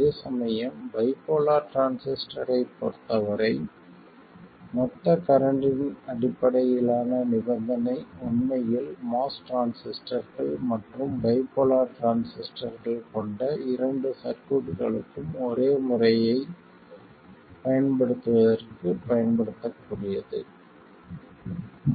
அதேசமயம் பைபோலார் டிரான்சிஸ்டரைப் பொறுத்தவரை மொத்த கரண்ட்டின் அடிப்படையிலான நிபந்தனை உண்மையில் MOS டிரான்சிஸ்டர்கள் மற்றும் பைபோலார் டிரான்சிஸ்டர்கள் கொண்ட இரண்டு சர்க்யூட்களுக்கும் ஒரே முறையைப் பயன்படுத்துவதற்குப் பயன்படுத்தக்கூடியது